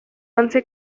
once